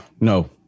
no